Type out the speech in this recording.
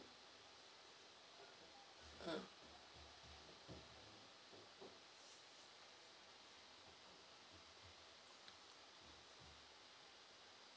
mm